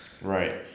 Right